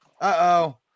Uh-oh